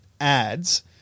ads